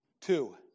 Two